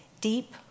deep